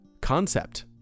concept